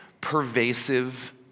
pervasive